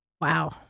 Wow